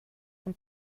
von